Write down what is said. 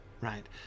right